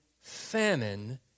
famine